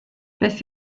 beth